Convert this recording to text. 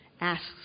asks